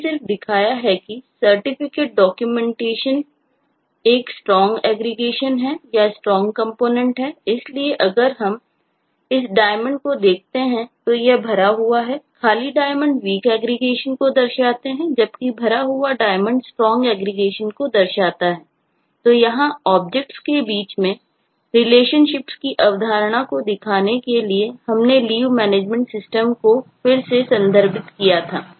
मैंने सिर्फ दिखाया कि Certificate Documentation एक स्ट्रांग एग्रीगेशन को फिर से संदर्भित किया था